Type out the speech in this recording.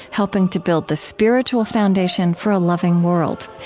helping to build the spiritual foundation for a loving world.